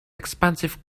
expensive